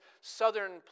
southern